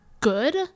good